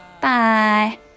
Bye